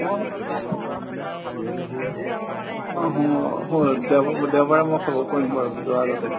অঁ মই দেওবাৰে দেওবাৰে মই খবৰ কৰিম বাৰু যোৱাৰ আগতে